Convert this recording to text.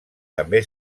també